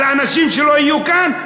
על האנשים שלא יהיו כאן?